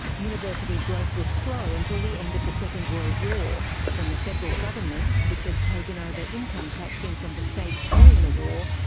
university growth was slow until the end of the second world war when the federal government, which had taken over income taxing from the states during the war,